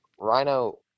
rhino –